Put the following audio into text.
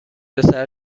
پسر